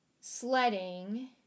sledding